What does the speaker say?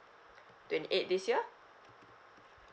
twenty eight this year